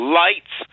lights